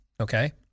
okay